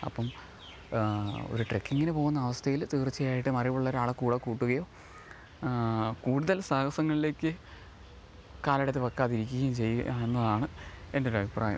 അപ്പം ഒരു ട്രക്കിംഗിന് പോകുന്നവസ്ഥയിൽ തീർച്ചയായിട്ടും അറിവുള്ളൊരാളെ കൂടെ കൂട്ടുകയോ കൂടുതൽ സാഹസങ്ങളിലേക്ക് കാലെടുത്തു വെക്കാതിരിക്കുകയും ചെയ്യുക എന്നതാണ് എൻ്റെ ഒരു അഭിപ്രായം